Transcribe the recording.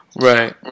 Right